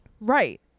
Right